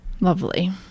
Lovely